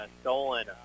stolen